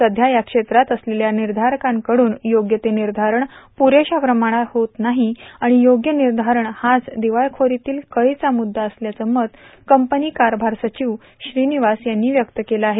सध्या या क्षेत्रात असलेल्या निर्धारकांकडून योग्य ते निर्धारण पुरेशा प्रमाणात होत नाही आणि योग्य निर्धारण हाच दिवाळखोरीतील कठीचा मुद्दा असल्याचं मत कंपनी कारभार सचिव श्रीनिवास यांनी व्यक्त केलं आहे